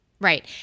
Right